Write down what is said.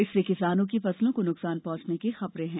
इससे किसानों फसलों को नुकसान पहुंचने की खबरें हैं